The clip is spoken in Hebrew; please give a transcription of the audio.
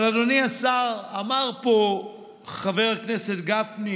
אבל, אדוני השר, אמר פה חבר הכנסת גפני